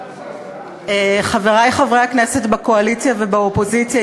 חברי חברי הכנסת בקואליציה ובאופוזיציה,